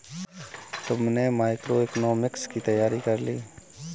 तुमने मैक्रोइकॉनॉमिक्स की तैयारी कर ली?